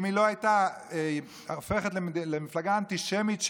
אם היא לא הייתה הופכת למפלגה אנטישמית,